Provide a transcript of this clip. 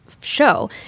show